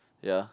ya